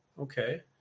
Okay